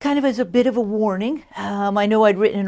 kind of is a bit of a warning i knew i'd written